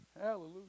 Hallelujah